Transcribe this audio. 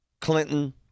Clinton